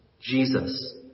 Jesus